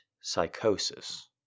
psychosis